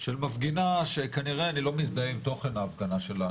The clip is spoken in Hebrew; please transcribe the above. של מפגינה שכנראה אני לא מזדהה עם תוכן ההפגנה שלה.